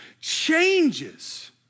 changes